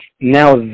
now